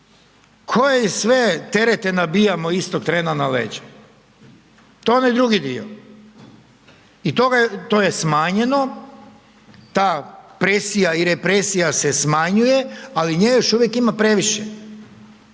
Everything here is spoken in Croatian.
koje sve terete nabijamo istog trena ne leđa, to je onaj drugi dio i to je smanjeno, ta presija i represija se smanjuje, ali nje još uvijek ima previše.